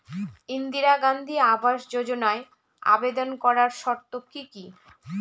ইন্দিরা গান্ধী আবাস যোজনায় আবেদন করার শর্ত কি কি?